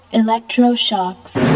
electroshocks